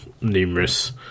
numerous